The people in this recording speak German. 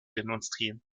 demonstrieren